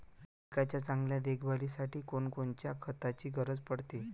पिकाच्या चांगल्या देखभालीसाठी कोनकोनच्या खताची गरज पडते?